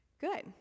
good